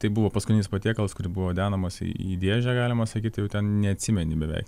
tai buvo paskutinis patiekalas kurį buvo dedamas į dėžę galima sakyti jau ten neatsimeni beveik